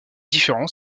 différence